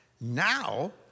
Now